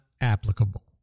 applicable